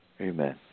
Amen